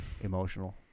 emotional